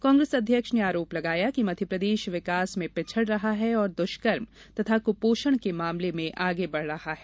कांग्रेस अध्यक्ष ने आरोप लगाया कि मध्यप्रदेश विकास में पिछड़ रहा है तथा दुष्कर्म व कुपोषण के मामले में आगे बढ़ रहा है